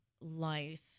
life